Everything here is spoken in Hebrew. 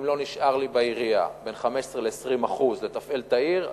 אם לא נשאר לי בעירייה בין 15% ל-20% לתפעל את העיר,